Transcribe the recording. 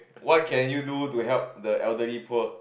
what can you do to help the elderly poor